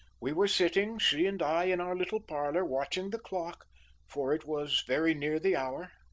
we were sitting, she and i, in our little parlour, watching the clock for it was very near the hour.